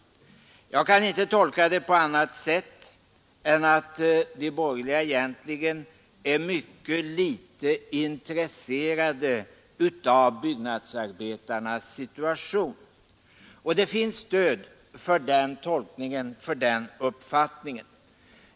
Jag kan inte tolka det på annat sätt än att de borgerliga egentligen är mycket litet intresserade av byggnadsarbetarnas situation. Det finns stöd för den tolkningen.